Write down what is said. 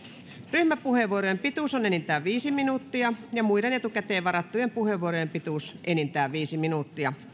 ryhmäpuheenvuorojen pituus on enintään viisi minuuttia ja muiden etukäteen varattujen puheenvuorojen pituus enintään viisi minuuttia